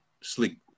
sleep